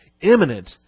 imminent